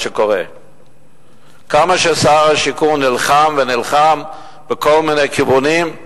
שר השיכון נלחם ונלחם בכל מיני כיוונים,